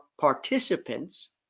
participants